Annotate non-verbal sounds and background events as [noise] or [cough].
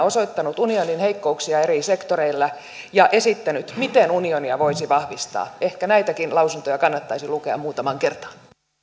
[unintelligible] osoittanut unionin heikkouksia eri sektoreilla ja esittänyt miten unionia voisi vahvistaa ehkä näitäkin lausuntoja kannattaisi lukea muutamaan kertaan